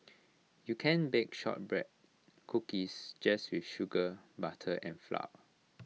you can bake Shortbread Cookies just with sugar butter and flour